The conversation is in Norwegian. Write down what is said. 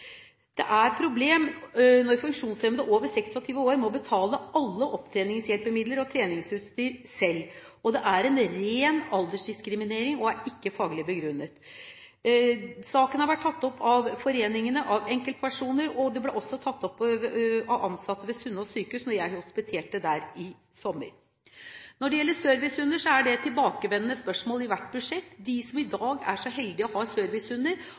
er et problem når funksjonshemmede over 26 år må betale alle opptreningshjelpemidler og treningsutstyr selv. Det er en ren aldersdiskriminering og er ikke faglig begrunnet. Saken har vært tatt opp av foreningene og av enkeltpersoner, og det ble også tatt opp av ansatte ved Sunnaas sykehus da jeg hospiterte der i sommer. Når det gjelder servicehunder, er det et tilbakevendende spørsmål i hvert budsjett. De som i dag er så heldig å ha